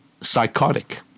psychotic